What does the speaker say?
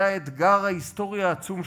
זה האתגר ההיסטורי העצום שלנו,